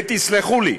ותסלחו לי,